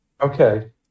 Okay